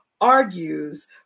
argues